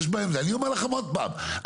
אני אומר לכם עוד פעם,